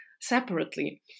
separately